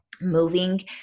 moving